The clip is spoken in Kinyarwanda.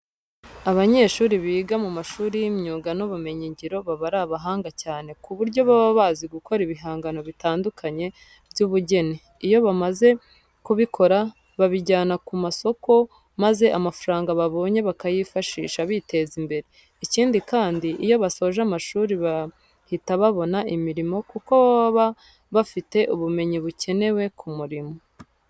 Abanyeshuri biga mu mashuri y'imyuga n'ubumenyingiro baba ari abahanga cyane ku buryo baba bazi gukora ibihangano bitandukanye by'ubugeni. Iyo bamaze kubikora babijyana ku masoko maze amafaranga babonye bakayifashisha biteza imbere. Ikindi kandi, iyo basoje amashuri bahita babona imirimo kuko baba bafite ubumenyi bukenewe ku murimo.